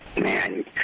man